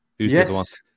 Yes